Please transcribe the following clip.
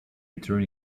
return